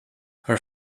her